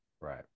Right